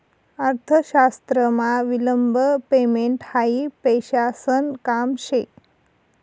अर्थशास्त्रमा विलंब पेमेंट हायी पैसासन काम शे